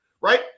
Right